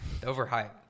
overhyped